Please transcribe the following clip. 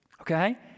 okay